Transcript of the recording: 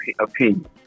opinion